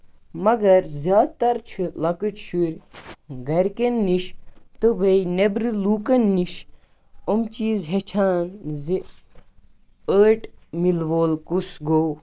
مَگر زیادٕ تر چھِ لۄکٔٹۍ شُرۍ گرِکین نِش تہٕ نیبرٕ لوٗکن نِش یِم چیٖز ہٮ۪چھان زِ ٲٹۍ مِل وول کُس گوو